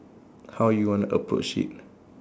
how you wanna approach it